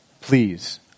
please